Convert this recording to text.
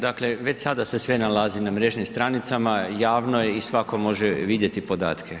Dakle već sada se sve nalazi na mrežnim stranicama, javno je i svako može vidjeti podatke.